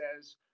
says